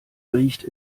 riecht